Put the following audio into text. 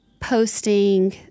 posting